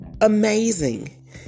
amazing